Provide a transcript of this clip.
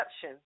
perception